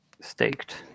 staked